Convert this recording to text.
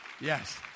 Yes